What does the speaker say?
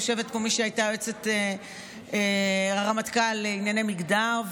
יושבת פה מי שהייתה יועצת הרמטכ"ל לענייני מגדר,